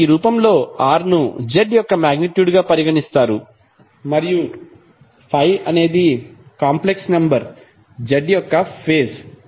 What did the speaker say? కాబట్టి ఈ రూపంలో r ను z యొక్క మాగ్నిట్యూడ్ గా పరిగణిస్తారు మరియు ∅ అనేది కాంప్లెక్స్ నెంబర్ z యొక్క ఫేజ్